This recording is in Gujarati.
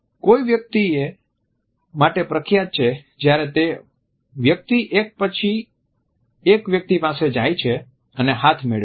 કોઈ વ્યક્તિ એ માટે પ્રખ્યાત છે જ્યારે તે વ્યક્તિ એક પછી એક વ્યક્તિ પાસે જાય છે અને હાથ મેળવે છે